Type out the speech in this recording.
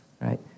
Right